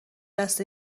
دست